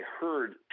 heard